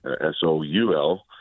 S-O-U-L